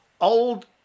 old